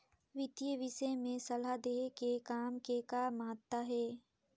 वितीय विषय में सलाह देहे के काम के का महत्ता हे?